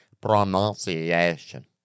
pronunciation